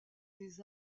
des